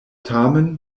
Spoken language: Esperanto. tamen